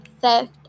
theft